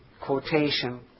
quotation